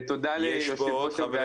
ותודה ליושב-ראש הוועדה, רם שפע.